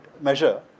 measure